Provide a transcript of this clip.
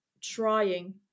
trying